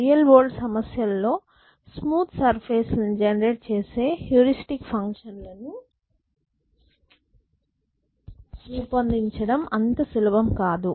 real world సమస్యలలో smooth surface లను generate చేసే హ్యూరిస్టిక్ ఫంక్షన్ల ను రూపొందించడము అంత సులభం కాదు